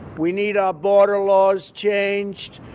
we need our border laws changed.